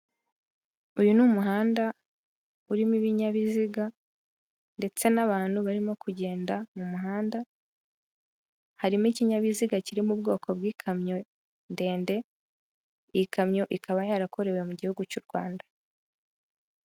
Uyu ni umuhanda urimo ibinyabiziga ndetse n'abantu barimo kugenda mu muhanda harimo ikinyabiziga ki mu bwoko bw'ikamyo ndende iyi ikamyo ikaba yarakorewe mu gihugu cy'u Rwanda.